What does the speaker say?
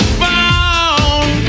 phone